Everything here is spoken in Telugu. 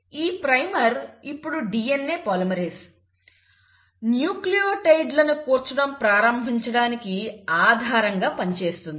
ఈ ప్రైమర్ ఇప్పుడు DNA పాలిమరేస్ న్యూక్లియోటైడ్ లను కూర్చడం ప్రారంభించడానికి ఆధారంగా పనిచేస్తుంది